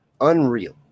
unreal